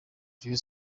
rayon